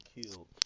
killed